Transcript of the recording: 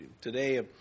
Today